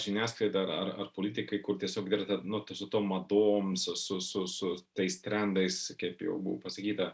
žiniasklaida ar ar politikai kur tiesiog dirba su tom madom su su su tais trendais kaip jau buvo pasakyta